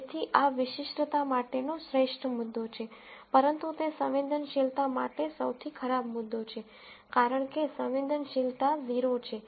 તેથી આ વિશિષ્ટતા માટેનો શ્રેષ્ઠ મુદ્દો છે પરંતુ તે સંવેદનશીલતા માટે સૌથી ખરાબ મુદ્દો છે કારણ કે સંવેદનશીલતા 0 છે